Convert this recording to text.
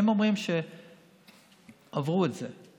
הם אומרים שעברו את זה,